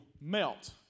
melt